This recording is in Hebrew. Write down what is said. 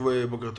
בוקר טוב.